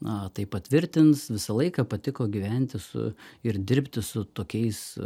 na tai patvirtins visą laiką patiko gyventi su ir dirbti su tokiais